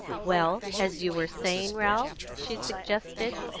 well, as you were saying, ralph? she suggested.